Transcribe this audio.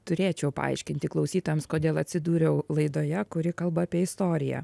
turėčiau paaiškinti klausytojams kodėl atsidūriau laidoje kuri kalba apie istoriją